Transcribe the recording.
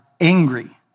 angry